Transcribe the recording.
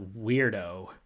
weirdo